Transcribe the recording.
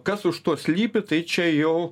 kas už to slypi tai čia jau